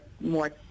more